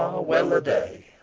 ah, well-a-day!